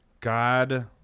God